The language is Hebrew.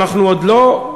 ואנחנו עוד לא,